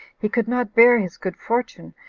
he could not bear his good fortune,